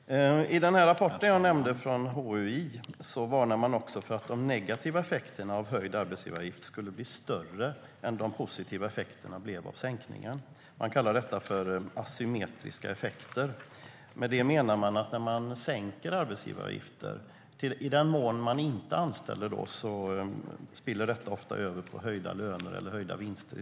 Herr talman! I den rapport som jag nämnde från HUI varnar man också för att de negativa effekterna av höjd arbetsgivaravgift skulle bli större än vad de positiva effekterna blev av sänkningen. Man kallar detta för asymmetriska effekter. Med det menas att när man sänker arbetsgivaravgiften - i den mån som man inte anställer någon - spiller det ofta över på höjda löner eller höjda vinster.